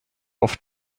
oft